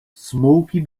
smokey